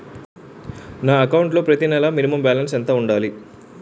నా అకౌంట్ లో ప్రతి నెల మినిమం బాలన్స్ ఎంత ఉండాలి?